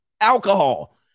alcohol